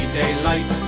daylight